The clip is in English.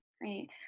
Great